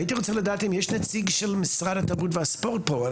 הייתי רוצה לדעת אם יש נציג של משרד התרבות והספורט פה?